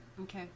Okay